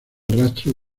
rastro